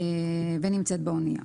ונמצאת באנייה.